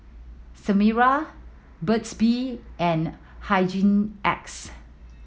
Sterimar Burt's Bee and Hygin X